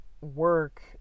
work